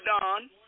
dawn